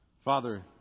Father